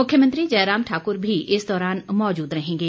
मुख्यमंत्री जयराम ठाक्र भी इस दौरान मौजूद रहेंगे